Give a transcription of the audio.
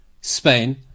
Spain